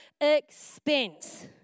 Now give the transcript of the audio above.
expense